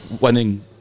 winning